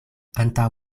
antaŭ